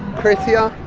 chris here.